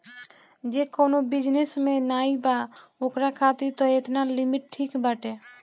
जे कवनो बिजनेस में नाइ बा ओकरा खातिर तअ एतना लिमिट ठीक बाटे